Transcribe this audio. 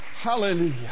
hallelujah